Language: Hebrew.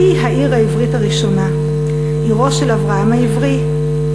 היא העיר העברית הראשונה, עירו של אברהם העברי.